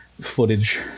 footage